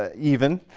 ah even.